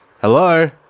Hello